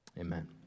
Amen